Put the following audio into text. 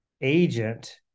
agent